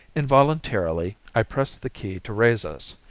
involuntarily i pressed the key to raise us.